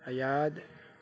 ਆਜ਼ਾਦ